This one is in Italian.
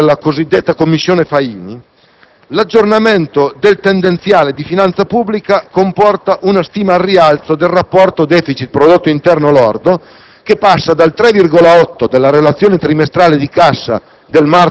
Secondo i risultati del lavoro della cosiddetta commissione Faini, l'aggiornamento del tendenziale di finanza pubblica comporta una stima al rialzo del rapporto tra *deficit* e prodotto interno lordo,